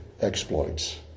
exploits